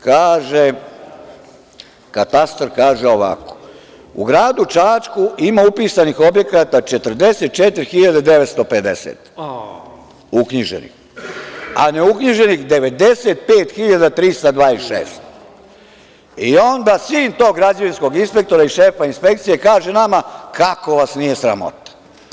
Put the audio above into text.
Katastar kaže ovako – u gradu Čačku ima upisanih objekata 44.950, uknjiženih, a ne uknjiženih 95.326, onda sin tog građevinskog inspektora i šefa inspekcije kaže nama – kako vas nije sramota?